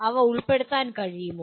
അവ ഉൾപ്പെടുത്താൻ കഴിയുമോ